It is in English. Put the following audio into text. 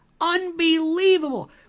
Unbelievable